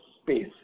space